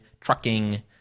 trucking